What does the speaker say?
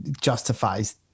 justifies